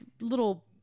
little